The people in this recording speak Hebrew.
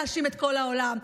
להאשים את כל העולם,